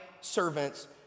servants